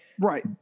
Right